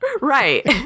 Right